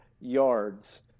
yards